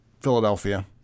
philadelphia